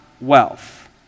wealth